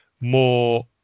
more